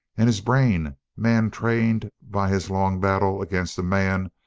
and his brain, man-trained by his long battle against a man,